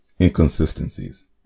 Inconsistencies